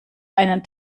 einen